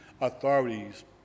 authorities